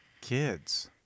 kids